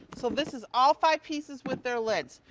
so this is all five pieces with their lids.